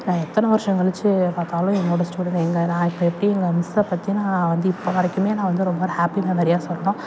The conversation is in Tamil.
நான் எத்தனை வருஷம் கழிச்சி பார்த்தாலும் என்னோட ஸ்டூடெண்ட் எங்கள் நான் இப்போ எப்படி எங்கள் மிஸ்ஸை பற்றி நான் வந்து இப்போ வரைக்குமே நான் வந்து ரொம்ப ஒரு ஹாப்பி மெமரியாக சொல்லுறோம்